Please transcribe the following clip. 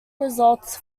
results